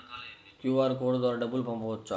QR code ద్వారా డబ్బులు పంపవచ్చా?